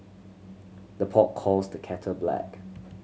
the pot calls the kettle black